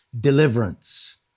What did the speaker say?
deliverance